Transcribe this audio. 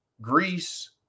Greece